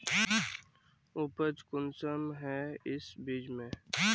उपज कुंसम है इस बीज में?